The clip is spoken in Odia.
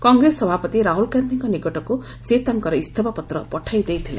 କଂଗ୍ରେସ ସଭାପତି ରାହୁଲ ଗାଧିଙ୍କ ନିକଟକୁ ସେ ତାଙ୍କର ଇସ୍ତଫା ପତ୍ର ପଠାଇ ଦେଇଥିଲେ